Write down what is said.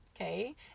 Okay